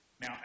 Now